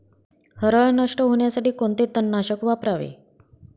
हरळ नष्ट होण्यासाठी कोणते तणनाशक वापरावे?